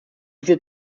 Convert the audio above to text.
diese